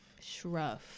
shruff